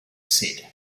said